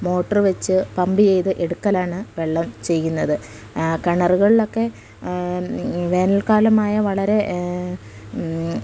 motor വച്ച് pump ചെയ്ത് എടുക്കലാണ് വെള്ളം ചെയ്യുന്നത് കിണറുകളിലൊക്കെ വേനൽക്കാലമായാൽ വളരെ